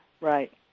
Right